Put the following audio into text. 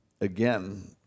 again